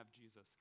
Jesus